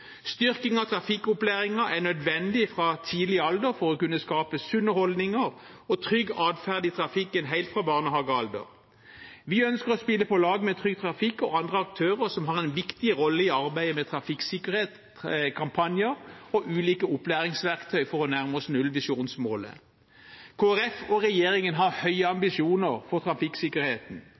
Styrking av trafikkopplæringen er nødvendig fra tidlig alder for å kunne skape sunne holdninger og trygg adferd i trafikken helt fra barnehagealder. Vi ønsker å spille på lag med Trygg Trafikk og andre aktører som har en viktig rolle i arbeidet med trafikksikkerhetskampanjer og ulike opplæringsverktøy for å nærme oss nullvisjonsmålet. Kristelig Folkeparti og regjeringen har høye ambisjoner for trafikksikkerheten.